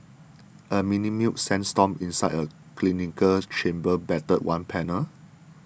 a mini mu sandstorm inside a cylindrical chamber battered one panel